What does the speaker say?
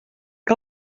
que